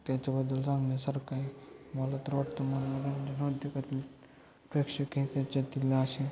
त्याच्याबद्दल सांगण्यासारखं आहे मला तर वाटतं मनोरंजन उद्योगातील प्रेक्षक हे त्याच्यातील असे